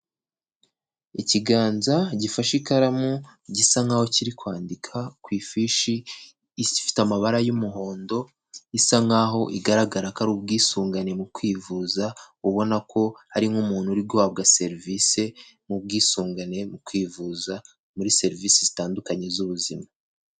Ikiganza gifashe ikaramu gisa nkaho kiri kwandika ku ifishi ifite amabara y'umuhondo, isa nk'aho igaragara ko ari ubwisungane mu kwivuza, ubona ko ari nk'umuntu uri guhabwa serivisi mu bwisungane mu kwivuza, muri serivisi zitandukanye z'ubuzima.